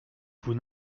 vous